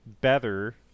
better